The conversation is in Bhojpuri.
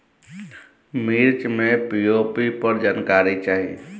मिर्च मे पी.ओ.पी पर जानकारी चाही?